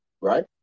right